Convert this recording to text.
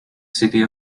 city